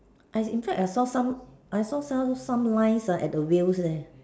I in fact I saw some some lines uh at the wheels there